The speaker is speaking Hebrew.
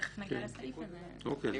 תיכף נגיע לסעיף הזה.